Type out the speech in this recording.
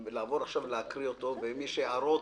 נעבור עכשיו ונקרא את הסעיפים, ואם יש הערות,